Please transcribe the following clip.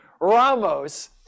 Ramos